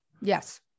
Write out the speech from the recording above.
Yes